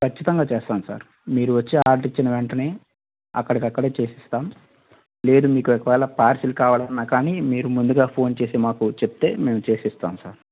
ఖచ్చితంగా చేస్తాం సార్ మీరు వచ్చి ఆర్డర్ ఇచ్చిన వెంటనే అక్కడికక్కడే చేసిస్తాం లేదు మీకు ఒకవేళ పార్సీల్ కావలన్నా కానీ మీరు ముందుగా ఫోన్ చేసి మాకు చెప్తే మేము చేసిస్తాం సార్